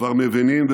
כבר מבינים,